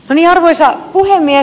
arvoisa puhemies